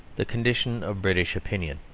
the condition of british opinion.